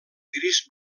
gris